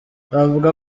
avuga